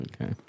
okay